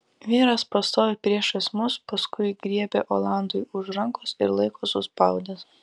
vyras pastovi priešais mus paskui griebia olandui už rankos ir laiko suspaudęs